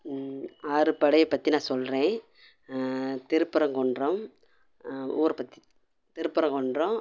ஆறுபடையை பற்றி நான் சொல்கிறேன் திருப்பரங்குன்றம் ஊரை பற்றி திருப்பரங்குன்றம்